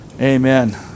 Amen